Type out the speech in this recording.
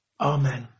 Amen